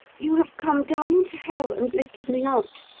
you have come down into hell and lifted me out.